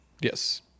Yes